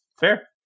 fair